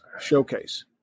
showcase